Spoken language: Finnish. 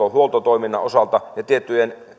ja huoltotoiminnan osalta ja tiettyjen